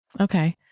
Okay